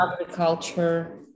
agriculture